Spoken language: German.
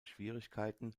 schwierigkeiten